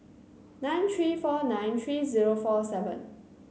nine three four nine three zero four seven